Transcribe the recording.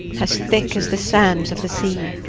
as thick as the sands of the sea.